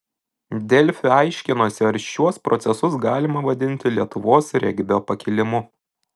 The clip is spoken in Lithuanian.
delfi aiškinosi ar šiuos procesus galima vadinti lietuvos regbio pakilimu